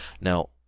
Now